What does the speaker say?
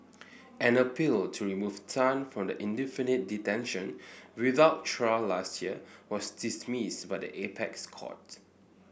an appeal to remove Tan from the indefinite detention without trial last year was dismissed by the apex court